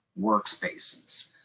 workspaces